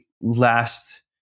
last